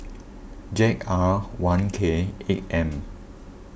Z R one K eight M